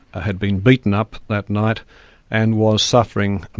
had been beaten up that night and was suffering,